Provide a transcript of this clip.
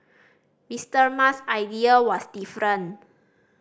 Mister Musk idea was different